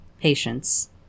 Patience